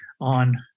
on